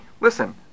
Listen